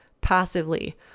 passively